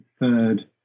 third